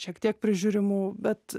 šiek tiek prižiūrimų bet